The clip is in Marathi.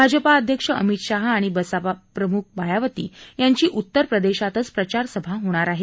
भाजपा अध्यक्ष अमित शाह आणि बसपा प्रमुख मायावती यांची उत्तरप्रदेशातच प्रचारसभा आहे